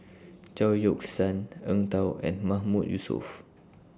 Chao Yoke San Eng Tow and Mahmood Yusof